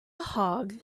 hog